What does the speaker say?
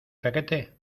paquete